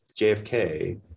JFK